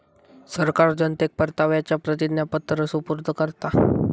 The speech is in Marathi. सरकार जनतेक परताव्याचा प्रतिज्ञापत्र सुपूर्द करता